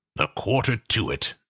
a quarter to it,